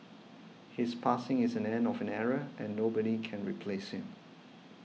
his passing is an end of an era and nobody can replace him